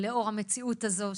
לאור המציאות הזו,